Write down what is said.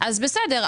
אז בסדר.